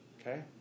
Okay